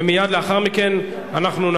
ומייד לאחר מכן נעבור,